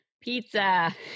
Pizza